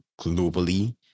globally